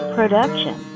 Production